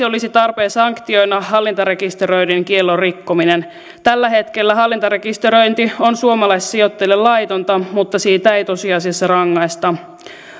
olisi tarpeen sanktioida hallintarekisteröinnin kiellon rikkominen tällä hetkellä hallintarekisteröinti on suomalaisille sijoittajille laitonta mutta siitä ei tosiasiassa rangaista